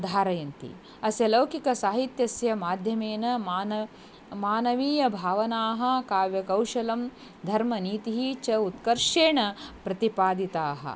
धारयन्ति अस्य लौकिकसाहित्यस्य माध्यमेन मान मानवीयभावनाः काव्यकौशलं धर्मनीतिः च उत्कर्षेण प्रतिपादिताः